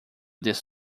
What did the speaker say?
this